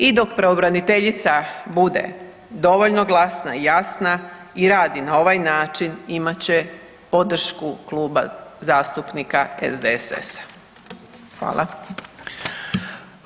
I dok pravobraniteljica bude dovoljno glasna i jasna i radi na ovaj način, imat će podršku Kluba zastupnika SDSS-a.